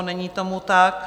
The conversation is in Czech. Není tomu tak.